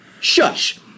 shush